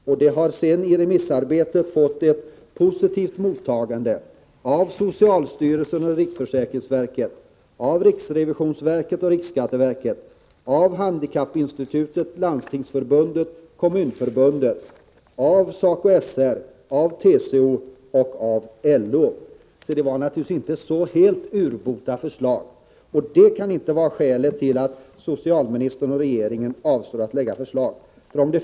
I remissarbetet har det fått ett positivt mottagande av socialstyrelsen, riksförsäkringsverket, riksrevisionsverket, riksskatteverket, handikappinstitutet, Landstingsförbundet, Kommunförbundet, SACO/SR, TCO och LO. Då kan det naturligtvis inte vara så helt urbota dåligt. Detta kan inte vara skälet till att socialministern och regeringen avstår från att framlägga förslag.